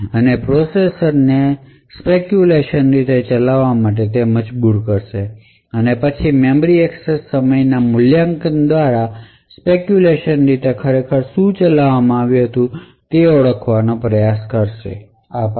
અને પ્રોસેસર ને સ્પેકયુલેશન રીતે ચલાવવા માટે મજબૂર કરશે અને પછી મેમરી એક્સેસ સમયના મૂલ્યાંકન દ્વારા સ્પેકયુલેશન રીતે ખરેખર શું ચલાવવામાં આવ્યું હતું તે ઓળખવાનો પ્રયાસ કરશે આભાર